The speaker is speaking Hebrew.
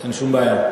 אין שום בעיה.